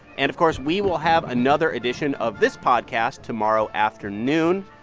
and, of course, we will have another edition of this podcast tomorrow afternoon.